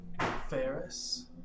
Ferris